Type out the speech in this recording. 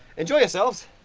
enjoy yourselves.